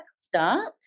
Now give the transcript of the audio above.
start